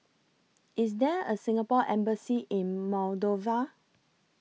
IS There A Singapore Embassy in Moldova